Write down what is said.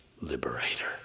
liberator